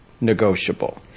negotiable